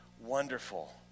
wonderful